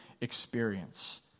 experience